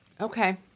Okay